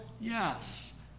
Yes